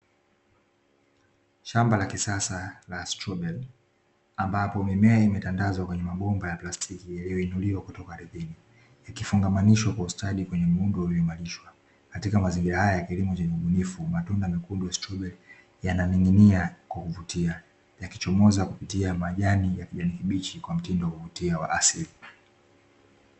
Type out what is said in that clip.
Shamba la kisasa la strawberry ambapo mimea imetangazwa kwenye mabomba ya plastiki kutoka ardhini yakifungamanishwa kwa ustadi kwenye mgogoro imarishwa katika mazingira haya ya kilindi ni ubunifu matunda mwekundu yananing'inia kuvutia yakichomoza kupitia majani ya mbichi kwa mtindo wowote